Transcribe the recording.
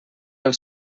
els